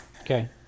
Okay